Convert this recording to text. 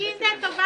מי זה "טובת"?